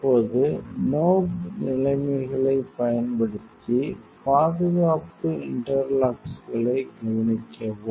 இப்போது நோப் நிலைமைகளைப் பயன்படுத்தி பாதுகாப்பு இன்டர்லாக்ஸைக் கவனிக்கவும்